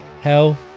hell